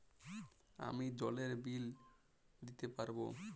আমি জলের বিল দিতে পারবো?